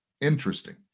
interesting